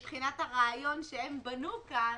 אבל מבחינת הרעיון שהם בנו כאן,